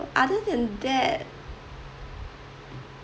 other than that